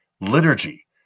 liturgy